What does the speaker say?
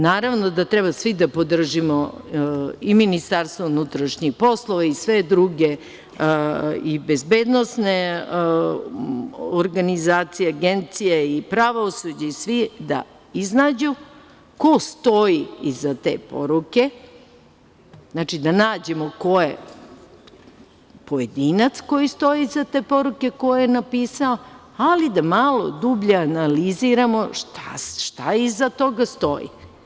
Naravno da treba svi da podržimo i MUP i sve druge i bezbednosne organizacije, agencije, i pravosuđe, i svi da iznađu ko stoji iza te poruke, znači, da nađemo ko je pojedinac koji stoji iza te poruke koju je napisao, ali i da malo dublje analiziramo šta iza toga stoji.